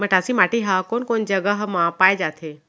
मटासी माटी हा कोन कोन जगह मा पाये जाथे?